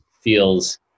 feels